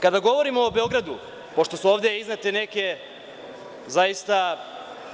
Kada govorimo o Beogradu, pošto su ovde iznete